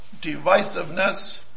divisiveness